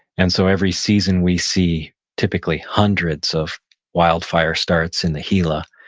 and so every season we see typically hundreds of wildfire starts in the gila,